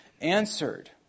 answered